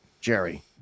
Jerry